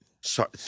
Sorry